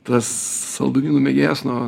tas saldumynų mėgėjas nuo